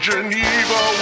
Geneva